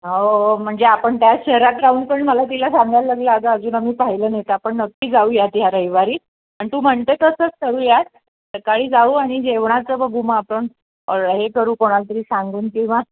हो हो म्हणजे आपण त्या शहरात राहून पण मला तिला सांगायला लागलं अगं अजून आम्ही पाहिलं नाही ते आपण नक्की जाऊयात या रविवारी पण तू म्हणते तसंच करूयात सकाळी जाऊ आणि जेवणाचं बघू मग आपण हे करू कोणाला तरी सांगून किंवा